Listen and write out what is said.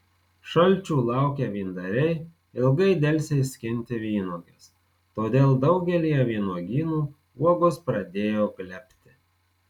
šalčių laukę vyndariai ilgai delsė skinti vynuoges todėl daugelyje vynuogynų uogos pradėjo glebti